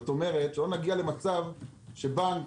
שלא נגיע למצב שבנק,